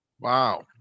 Wow